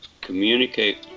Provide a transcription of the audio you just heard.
communicate